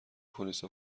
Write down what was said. پلیسا